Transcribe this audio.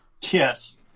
Yes